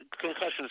concussions